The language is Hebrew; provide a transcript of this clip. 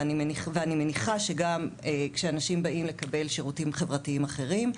ואני מניחה שגם כשנשים באים לקבל שירותים חברתיים אחרים,